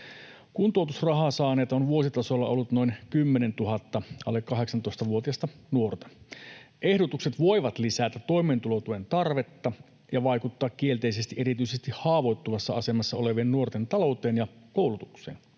Kuntoutusrahaa saaneita on vuositasolla ollut noin 10 000 alle 18-vuotiasta nuorta. Ehdotukset voivat lisätä toimeentulotuen tarvetta ja vaikuttaa kielteisesti erityisesti haavoittuvassa asemassa olevien nuorten talouteen ja koulutukseen.